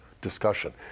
discussion